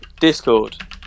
discord